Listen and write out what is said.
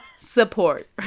support